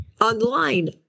Online